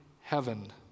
heaven